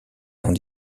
cent